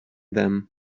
them